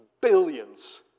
billions